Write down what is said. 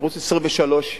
ערוץ 23 יהיה,